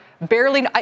barely